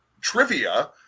trivia